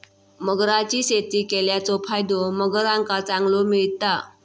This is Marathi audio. मगरांची शेती केल्याचो फायदो मगरांका चांगलो मिळता